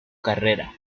carrera